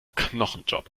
knochenjob